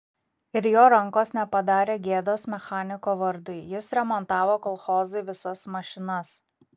ir jo rankos nepadarė gėdos mechaniko vardui jis remontavo kolchozui visas mašinas